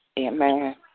Amen